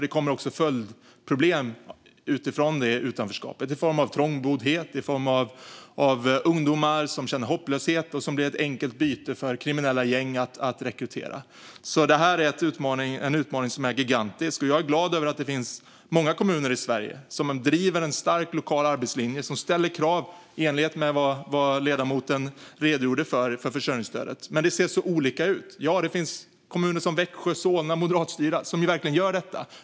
Det kommer nämligen följdproblem utifrån det utanförskapet - i form av trångboddhet och i form av ungdomar som känner hopplöshet och som blir ett enkelt byte för kriminella gäng som vill rekrytera dem. Detta är en utmaning som är gigantisk. Jag är glad över att det finns många kommuner i Sverige som driver en stark lokal arbetslinje och som ställer krav för försörjningsstödet i enlighet med vad ledamoten redogjorde för. Men det ser olika ut. Ja, det finns kommuner som Växjö och Solna, som är moderatstyrda, som verkligen gör detta.